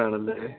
ആണല്ലേ